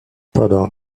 pendant